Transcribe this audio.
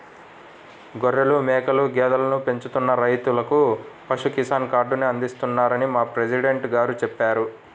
గొర్రెలు, మేకలు, గేదెలను పెంచుతున్న రైతులకు పశు కిసాన్ కార్డుని అందిస్తున్నారని మా ప్రెసిడెంట్ గారు చెప్పారు